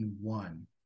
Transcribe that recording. one